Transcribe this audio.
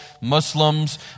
Muslims